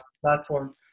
platform